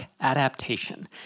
adaptation